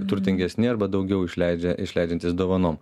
turtingesni arba daugiau išleidžia išleidžiantys dovanom